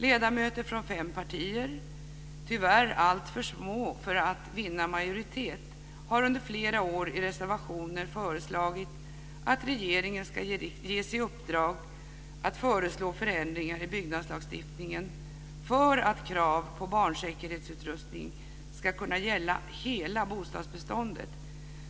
Ledamöter från fem partier - tyvärr alltför små för att vinna majoritet - har under flera år i reservationer föreslagit att regeringen ska ges i uppdrag att föreslå förändringar i byggnadslagstiftningen för att krav på barnsäkerhetsutrustning ska kunna gälla hela bostadsbeståndet.